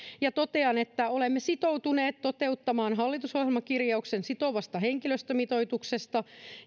ja totean että olemme sitoutuneet toteuttamaan hallitusohjelman kirjauksen sitovasta henkilöstömitoituksesta